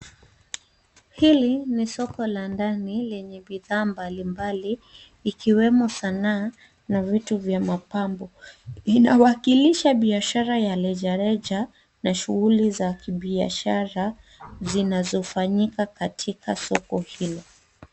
Hili ni soko la ndani lenye bidhaa mbalimbali ikiwemo sanaa na vitu vya mapambo. Inawakilisha biashara ya rejareja na shuguli za kibiashara zinazofanyika katika soko hilo.